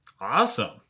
Awesome